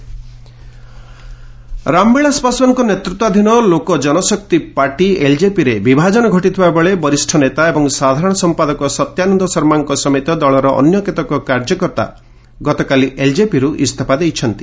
LJP split Ramvilas ପାଶ୍ୱାନଙ୍କ ନେତୃତ୍ୱାଧୀନ Lok Janshakti party ଏଲ୍ଜେପିରେ ବିଭାଜନ ଘଟିଥିବା ବେଳେ ବରିଷ୍ଠ ନେତା ଏବଂ ସାଧାରଣ ସମ୍ପାଦକ ସତ୍ୟାନନ୍ଦ ଶର୍ମାଙ୍କ ସମେତ ଦଳର ଅନ୍ୟ କେତେକ କାର୍ଯ୍ୟକର୍ତ୍ତା ଗତକାଲି ଏଲ୍ଜେପିରୁ ଇସ୍ତଫା ଦେଇଛନ୍ତି